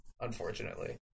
unfortunately